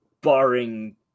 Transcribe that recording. barring